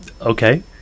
Okay